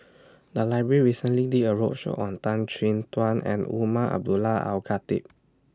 The Library recently did A roadshow on Tan Chin Tuan and Umar Abdullah Al Khatib